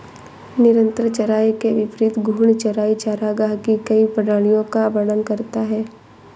निरंतर चराई के विपरीत घूर्णन चराई चरागाह की कई प्रणालियों का वर्णन करता है